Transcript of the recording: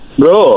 bro